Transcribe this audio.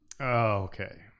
okay